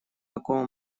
такого